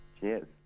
Cheers